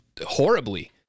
horribly